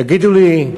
תגידו לי,